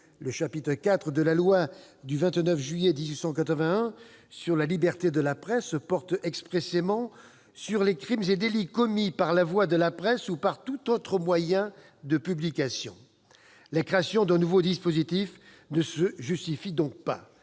Le chapitre IV de la loi du 29 juillet 1881 sur la liberté de la presse porte expressément sur « les crimes et délits commis par la voie de la presse ou par tout autre moyen de publication ». La création d'un nouveau dispositif ne se justifie donc pas.